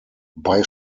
bei